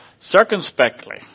circumspectly